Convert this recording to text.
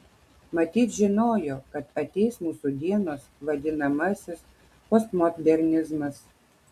matyt žinojo kad ateis mūsų dienos vadinamasis postmodernizmas